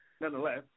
nonetheless